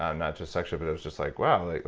um not just sexual, but it was just like, wow,